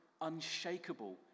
unshakable